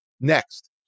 Next